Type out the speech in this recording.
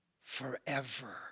forever